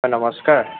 নমস্কাৰ